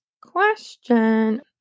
question